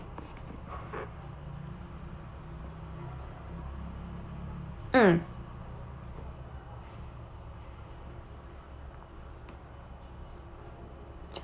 mm